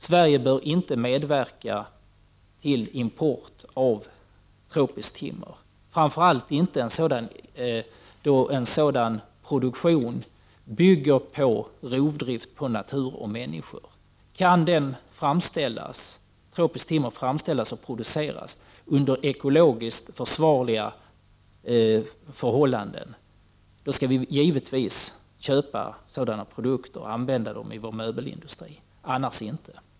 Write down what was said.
Sverige bör inte medverka till import av tropiskt timmer, framför allt inte då produktionen bygger på rovdrift på natur och människor. Kan tropiskt timmer framställas och produceras under ekologiskt försvarliga förhållanden, då skall vi givetvis köpa sådana produkter och använda dem i vår möbelindustri, annars inte.